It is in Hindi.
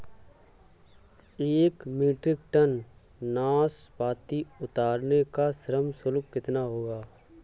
एक मीट्रिक टन नाशपाती उतारने का श्रम शुल्क कितना होगा?